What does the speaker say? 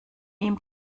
ihm